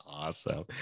awesome